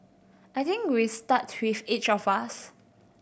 I think we start with each of us